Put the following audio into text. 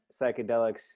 psychedelics